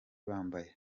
bambaye